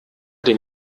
den